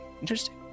Interesting